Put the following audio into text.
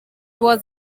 was